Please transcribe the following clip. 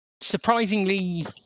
surprisingly